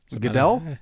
Goodell